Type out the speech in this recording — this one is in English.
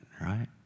Right